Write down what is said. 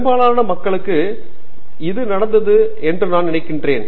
பெரும்பாலான மக்களுக்கு இது நடந்தது என்று நான் நினைக்கிறேன்